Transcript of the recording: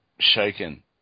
Shaken